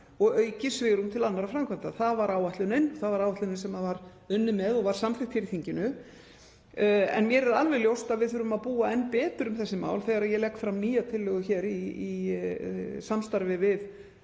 og auki svigrúm til annarra framkvæmda. Það var áætlunin sem unnið var með og var samþykkt hér í þinginu. En mér er alveg ljóst að við þurfum að búa enn betur um þessi mál þegar ég legg fram nýja tillögu í samstarfi við